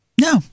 No